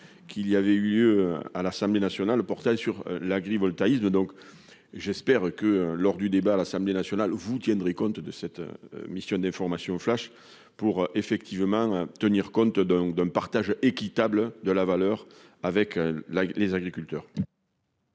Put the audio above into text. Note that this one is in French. qu'il y avait eu lieu à l'Assemblée nationale portant sur l'agrivoltaïsme, donc j'espère que, lors du débat à l'Assemblée nationale, vous tiendrez compte de cette mission d'information flash pour effectivement tenir compte donc d'un partage équitable de la valeur avec la les agriculteurs.